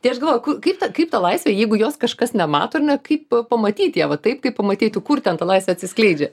tai aš galvoju kaip ta kaip ta laisvė jeigu jos kažkas nemato ar ne kaip pamatyt ją va taip kaip pamatytų kur ten ta laisvė atsiskleidžia